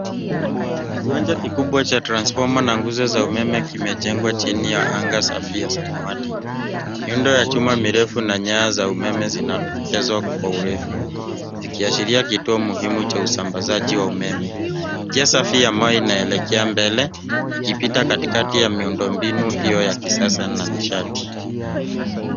Kiwanda kikubwa cha transformer na nguzo za umeme kimejengwa chini ya anga safi ya samawati. Miundo ya chuma mirefu za nyaya na umeme zinatokezwa kwa urefu zikiashiria kituo muhimu za usambazaji wa umeme . Njia Safi ambayo inaelekea mbele Zikipita katikati ya miundo mbinu hiyo ya kisasa na nishati.